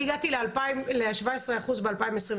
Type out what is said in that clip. אני הגעתי ל-17% ב-2025,